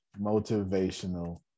Motivational